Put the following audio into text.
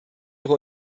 ihre